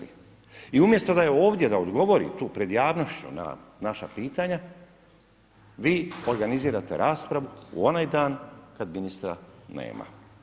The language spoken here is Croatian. I umjesto da je ovdje da odgovori tu pred javnošću na naša pitanja, vi organizirate raspravu u onaj dan kad ministra nema.